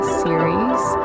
series